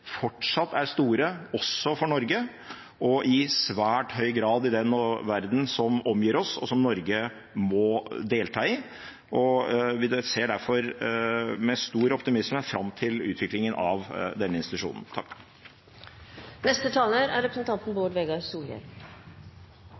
fortsatt er store også for Norge og i svært høy grad i den verden som omgir oss, og som Norge må delta i. Vi ser derfor med stor optimisme fram til utviklingen av denne institusjonen. Overraskande nok er